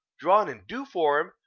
drawn in due form,